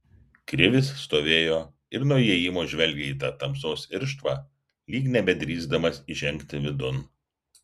krivis stovėjo ir nuo įėjimo žvelgė į tą tamsos irštvą lyg nebedrįsdamas įžengti vidun